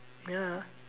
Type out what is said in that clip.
ya